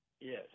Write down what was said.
Yes